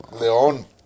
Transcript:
León